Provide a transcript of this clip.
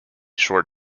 short